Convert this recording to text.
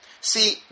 See